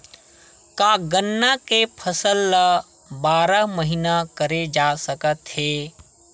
का गन्ना के फसल ल बारह महीन करे जा सकथे?